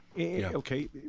okay